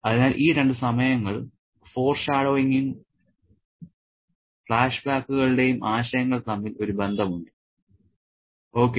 അതിനാൽ ഈ രണ്ട് സമയങ്ങൾ ഫോർഷാഡോയിങ്ങും ഫ്ലാഷ്ബാക്കുകളുടെയും ആശയങ്ങൾ തമ്മിൽ ഒരു ബന്ധമുണ്ട് ഓക്കേ